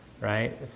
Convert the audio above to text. right